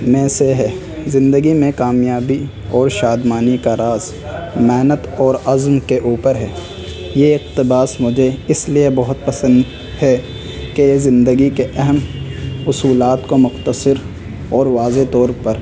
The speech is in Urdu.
میں سے ہے زندگی میں کامیابی اور شادمانی کا راز محنت اور عزم کے اوپر ہے یہ اقتباس مجھے اس لیے بہت پسند ہے کہ زندگی کے اہم اصولات کو مختصر اور واضح طور پر